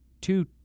two